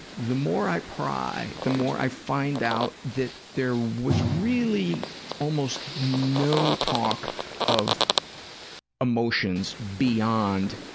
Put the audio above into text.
the more i pry, the more i find out that there was really almost no talk of emotions beyond